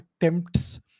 attempts